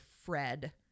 Fred